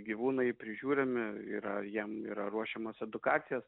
gyvūnai prižiūrimi yra jiem yra ruošiamos edukacijos